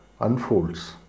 unfolds